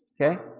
Okay